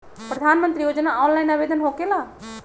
प्रधानमंत्री योजना ऑनलाइन आवेदन होकेला?